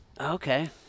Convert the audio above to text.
Okay